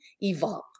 evolve